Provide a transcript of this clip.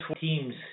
teams